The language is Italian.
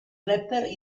rapper